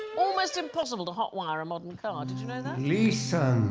almost impossible to hotwire a modern car. did you know that lisa?